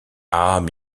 âme